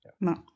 No